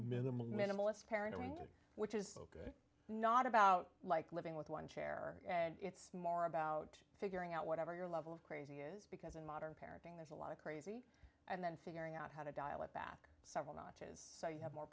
minimal minimalist parent which is good not about like living with one chair and it's more one about figuring out whatever your level of craze because in modern parenting there's a lot of crazy and then figuring out how to dial it back several notches so you have more